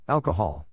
Alcohol